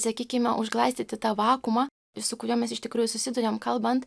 sakykime užglaistyti tą vakuumą su kuriuo mes iš tikrųjų susiduriam kalbant